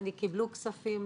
קיבלו כספים,